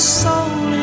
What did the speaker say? soul